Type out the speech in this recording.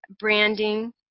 branding